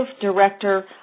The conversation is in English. Director